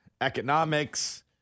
economics